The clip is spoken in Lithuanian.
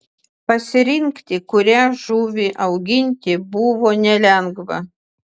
pasirinkti kurią žuvį auginti buvo nelengva